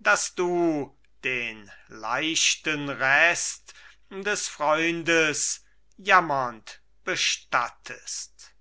daß du den leichten rest des freundes jammernd bestattest